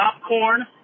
Popcorn